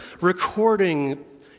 recording